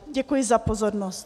Děkuji za pozornost.